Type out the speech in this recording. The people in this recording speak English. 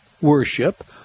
worship